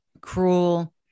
cruel